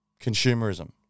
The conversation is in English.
Consumerism